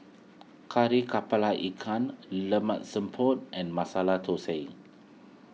Kari Kepala Ikan Lemak Siput and Masala Thosai